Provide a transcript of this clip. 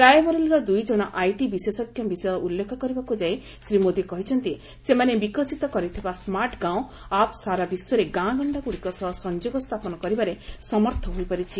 ରାୟବରେଲିର ଦୁଇଜଣ ଆଇଟି ବିଶେଷଜ୍ଞ ବିଷୟ ଉଲ୍ଲେଖ କରିବାକୁ ଯାଇ ଶ୍ରୀ ମୋଦି କହିଛନ୍ତି ସେମାନେ ବିକଶିତ କରିଥିବା ସ୍ମାର୍ଟ ଗାଓଁ ଆପ୍ ସାରା ବିଶ୍ୱରେ ଗାଁଗଣ୍ଡାଗୁଡ଼ିକ ସହ ସଂଯୋଗ ସ୍ଥାପନ କରିବାରେ ସମର୍ଥ ହୋଇପାରିଛି